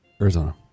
Arizona